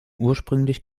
ursprünglich